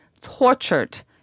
tortured